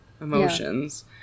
emotions